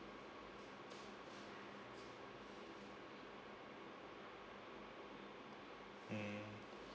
mm